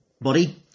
body